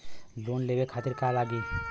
Loan लेवे खातीर का का लगी?